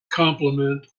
compliment